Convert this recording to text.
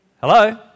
Hello